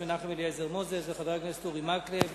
מנחם אליעזר מוזס וחבר הכנסת אורי מקלב,